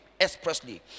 expressly